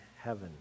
heaven